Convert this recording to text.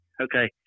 okay